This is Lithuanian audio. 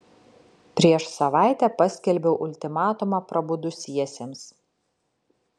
prieš savaitę paskelbiau ultimatumą prabudusiesiems